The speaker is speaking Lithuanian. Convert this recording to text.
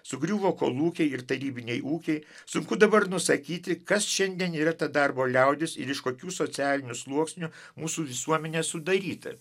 sugriuvo kolūkiai ir tarybiniai ūkiai sunku dabar nusakyti kas šiandien yra ta darbo liaudis ir iš kokių socialinių sluoksnių mūsų visuomenė sudaryta